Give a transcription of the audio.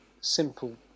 simple